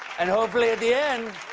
and hopefully at the end,